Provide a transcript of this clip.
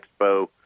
Expo